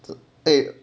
the eight